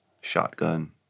shotgun